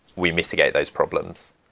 we mitigate those problems.